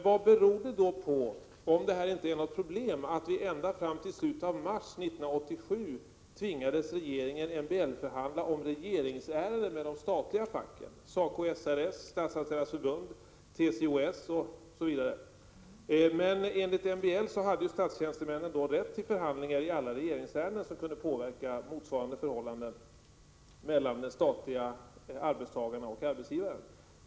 Vad beror det på, om detta inte är något problem, att regeringen ända fram till slutet av mars 1987 tvingades MBL-förhandla om regeringsärenden med de statliga fackförbunden SACO-SR-S, Statsanställdas förbund, TCO-S m.fl.? Enligt MBL hade statstjänstemännen rätt till förhandlingar i alla de regeringsärenden som kunde påverka motsvarande förhållanden mellan de statliga arbetstagarna och arbetsgivaren.